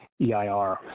EIR